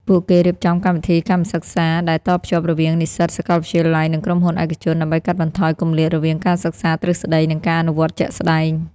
ពួកគេរៀបចំកម្មវិធីកម្មសិក្សា ដែលតភ្ជាប់រវាងនិស្សិតសាកលវិទ្យាល័យ និងក្រុមហ៊ុនឯកជន ដើម្បីកាត់បន្ថយគម្លាតរវាងការសិក្សាទ្រឹស្ដី និងការអនុវត្តជាក់ស្ដែង។